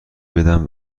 بدن